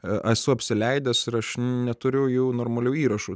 esu apsileidęs ir aš neturiu jų normalių įrašų